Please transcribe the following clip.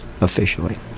officially